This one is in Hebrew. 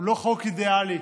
הוא לא חוק אידיאלי,